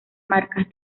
marcas